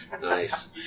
Nice